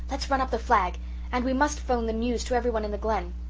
let's run up the flag and we must phone the news to every one in the glen.